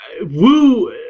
woo